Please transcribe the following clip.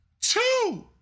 two